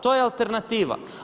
To je alternativa.